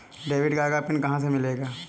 Debit card का PIN कहां से मिलेगा?